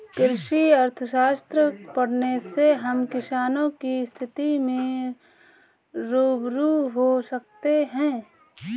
कृषि अर्थशास्त्र को पढ़ने से हम किसानों की स्थिति से रूबरू हो सकते हैं